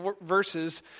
verses